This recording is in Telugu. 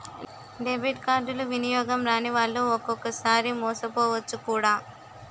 డెబిట్ కార్డులు వినియోగం రానివాళ్లు ఒక్కొక్కసారి మోసపోవచ్చు కూడా